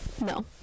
No